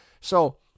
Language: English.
So-